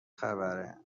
خبره